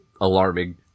alarming